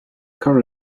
car